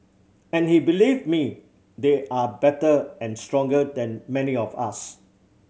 and he believe me they are better and stronger than many of us